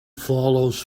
follows